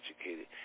educated